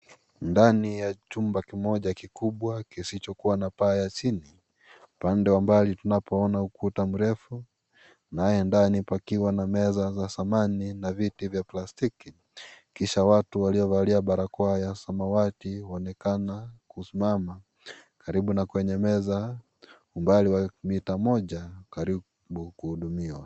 Ndani ya chumba kimoja kikubwa kisichokuwa na paa ya chini, upande wa mbali tunapoona ukuta mrefu, naye ndani pakiwa na meza za samani na viti vya plastiki. Kisha watu waliovalia barakoa ya samawati waonekana kusimama karibu na kwenye meza, umbali wa mita moja karibu kuhudumiwa.